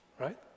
right